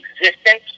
existence